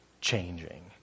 changing